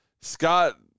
Scott